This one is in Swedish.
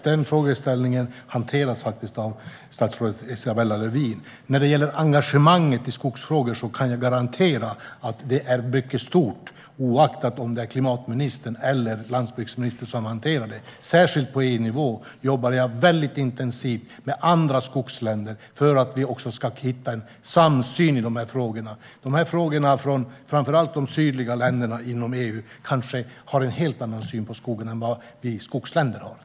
Herr talman! Denna fråga hanteras av statsrådet Isabella Lövin. När det gäller engagemanget för skogsfrågor kan jag garantera att det är mycket stort, oaktat om det är klimatministern eller landsbygdsministern som hanterar dem. Jag jobbar särskilt intensivt på EU-nivå med andra skogsländer för att vi ska hitta en samsyn om frågorna. Framför allt de sydliga länderna inom EU har en helt annan syn på skogen än vad vi skogsländer kanske har.